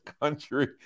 country